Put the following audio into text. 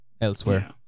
elsewhere